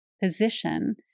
position